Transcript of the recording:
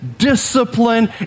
discipline